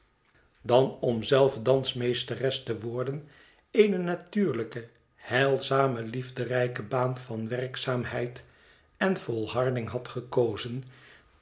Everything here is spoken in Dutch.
dan om zelve dansmeesteres te worden eene natuurlijke heilzame liefderijke baan van werkzaamheid en volharding had gekozen